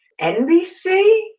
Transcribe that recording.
NBC